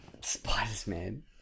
Spider-Man